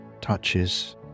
touches